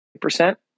percent